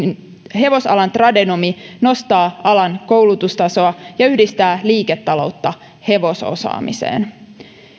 hevosalan tradenomi nostaa alan koulutustasoa ja yhdistää liiketaloutta hevososaamiseen